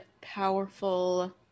powerful